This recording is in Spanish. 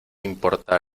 importa